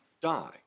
die